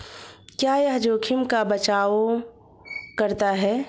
क्या यह जोखिम का बचाओ करता है?